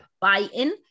buy-in